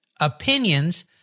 opinions